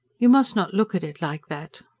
you must not look at it like that.